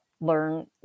learn